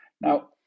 Now